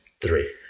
three